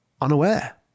unaware